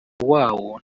wawo